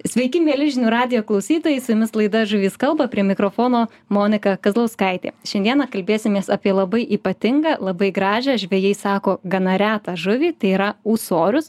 sveiki mieli žinių radijo klausytojai su jumis laida žuvys kalba prie mikrofono monika kazlauskaitė šiandieną kalbėsimės apie labai ypatingą labai gražią žvejai sako gana retą žuvį tai yra ūsorius